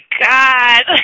God